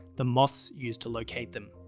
the moths use to locate them.